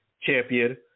champion